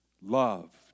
loved